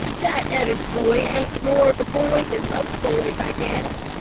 that ed'ards boy ain't more of a boy than most boys, i guess.